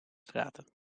straten